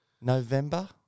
November